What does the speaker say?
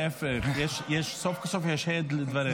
להפך, סוף כל סוף יש הד לדבריך.